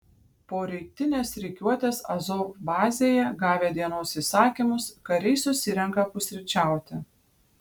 po rytinės rikiuotės azov bazėje gavę dienos įsakymus kariai susirenka pusryčiauti